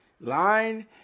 line